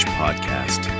podcast